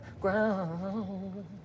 ground